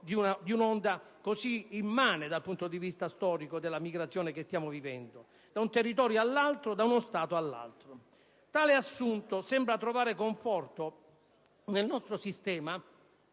di un'onda così immane dal punto di vista storico della migrazione che stiamo vivendo), da un territorio all'altro e da uno Stato ad un altro. Tale assunto sembra trovare conforto, nel nostro sistema,